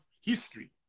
history